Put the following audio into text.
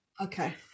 Okay